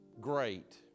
great